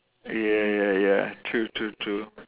ya ya ya true true true